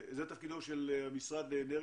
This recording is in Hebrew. פלטפורמה יש לזה השלכה ישירה על אספקת